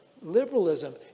liberalism